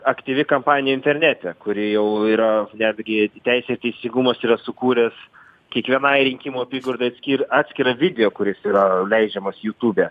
aktyvi kampanija internete kuri jau yra netgi teisė ir teisingumas yra sukūręs kiekvienai rinkimų apygardai skirt atskirą video kuris yra leidžiamas jutube